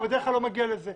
בדרך כלל הוא לא מגיע לזה.